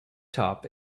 top